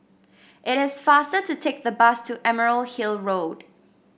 it is faster to take the bus to Emerald Hill Road